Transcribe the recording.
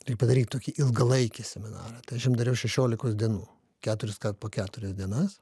tai padaryt tokį ilgalaikį seminarą tai aš jam dariau šešiolikos dienų keturiskart po keturias dienas